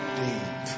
deep